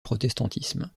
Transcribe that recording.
protestantisme